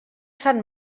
sant